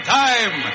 time